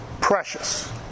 Precious